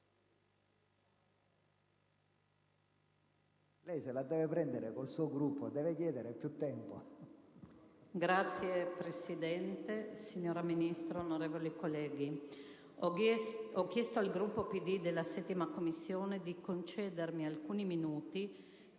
Signor Presidente, signora Ministro, onorevoli colleghi, ho chiesto al Gruppo PD della 7a Commissione di concedermi alcuni minuti